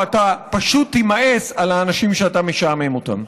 אתה פשוט תימאס על האנשים שאתה משעמם אותם.